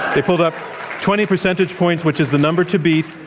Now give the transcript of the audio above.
they pulled up twenty percentage points, which is the number to beat.